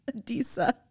Adisa